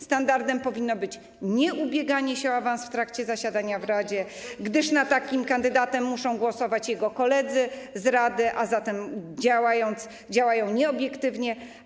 Standardem powinno być nieubieganie się o awans w trakcie zasiadania w radzie, gdyż nad takim kandydatem muszą głosować jego koledzy z rady, a zatem działają nieobiektywnie.